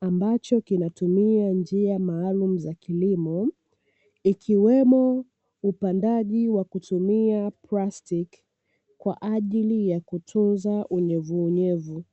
ambacho kinatumia njia maalumu za kilimo, ikiwemo upandaji wa kutumia plastiki kwa ajili ya kutunza unyevuunyevu.